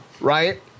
right